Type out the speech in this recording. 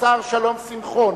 השר שלום שמחון,